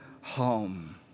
home